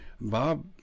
Bob